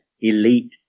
elite